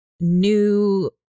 new